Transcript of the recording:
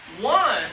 one